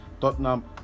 Tottenham